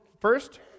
first